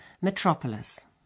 Metropolis